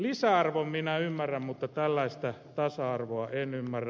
lisäarvon minä ymmärrän mutta tällaista tasa arvoa en ymmärrä